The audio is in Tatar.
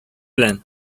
белән